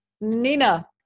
Nina